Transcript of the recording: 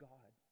God